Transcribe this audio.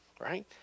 right